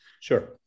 Sure